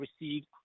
received